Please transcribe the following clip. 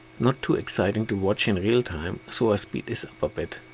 not too exiting to watch in real time, so i speed this up a bit.